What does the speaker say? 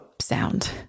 sound